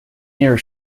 year